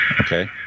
Okay